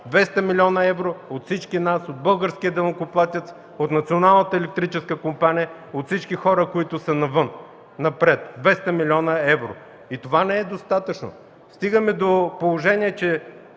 милиона евро от всички нас, от българския данъкоплатец, от Националната електрическа компания, от всички хора, които са навън – 200 млн. евро! И това не е достатъчно. Стигаме до положение, че